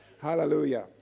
Hallelujah